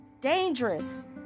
dangerous